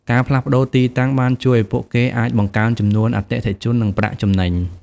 ការផ្លាស់ប្តូរទីតាំងបានជួយឱ្យពួកគេអាចបង្កើនចំនួនអតិថិជន និងប្រាក់ចំណេញ។